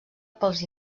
pels